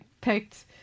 picked